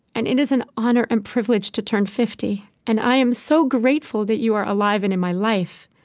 and it is an honor and privilege to turn fifty, and i am so grateful that you are alive and in my life.